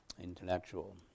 intellectual